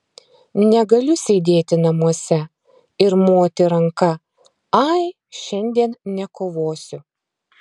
negaliu sėdėti namuose ir moti ranka ai šiandien nekovosiu